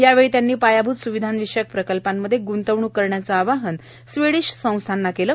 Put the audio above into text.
यावेळी त्यांनी पायाभूत स्विधांविषयक प्रकल्पांमध्ये ग्ंतवणूक करण्याचं आवाहन स्वीडिश संस्थांना केलं